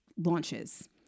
launches